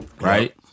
right